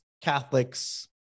Catholics